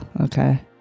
Okay